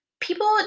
people